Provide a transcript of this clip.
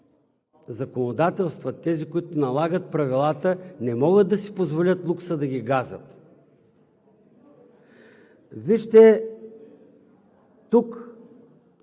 законодателстват, тези, които налагат правилата, не могат да си позволят лукса да ги газят. Вижте, тук